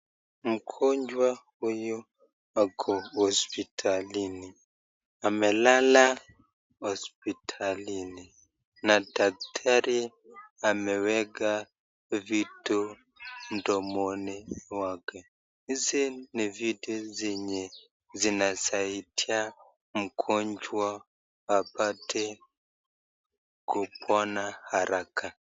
Mgonjwa huyu ako hospitalini. Amelala hospitalini. Na daktari ameweka vitu mdomoni wake. Hizi ni vitu zenye zinasaidia mgonjwa apate kupona haraka.